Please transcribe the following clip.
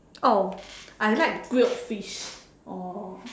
oh I like grilled fish oh